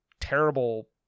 terrible